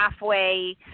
halfway